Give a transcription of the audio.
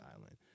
Island